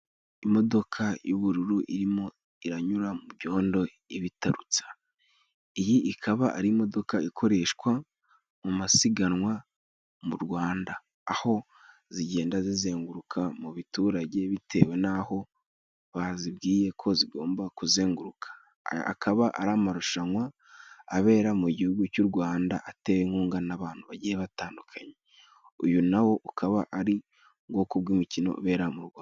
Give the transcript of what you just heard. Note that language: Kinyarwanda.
Imodoka y'ubururu irimo iranyura mu byondo ibitatsa. Iyi ikaba ari imodoka ikoreshwa mu masiganwa mu Rwanda aho zigenda zizenguruka mu baturage bitewe n'aho bazibwiye ko zigomba kuzenguruka. Aya akaba ari amarushanwa abera mu gihugu cy'u Rwanda aterwa inkunga n'abantu bagiye batandukanye. Uyu nawo ukaba ari ubwoko bw'imikino ibera mu Rwanda.